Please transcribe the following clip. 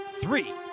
three